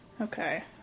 Okay